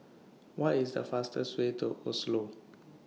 What IS The fastest Way to Oslo